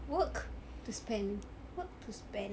work to spend work to spend